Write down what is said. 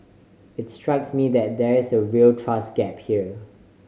it strikes me that there's a real trust gap here